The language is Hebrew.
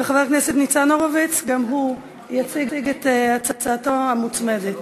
וחבר הכנסת ניצן הורוביץ גם הוא יציג את הצעתו המוצמדת.